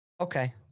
Okay